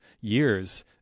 year's